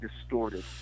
distorted